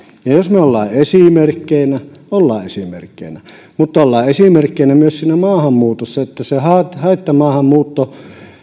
ja jos ollaan esimerkkeinä ollaan esimerkkeinä mutta ollaan esimerkkeinä myös siinä maahanmuutossa niin että se he haittamaahanmuutto